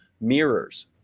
mirrors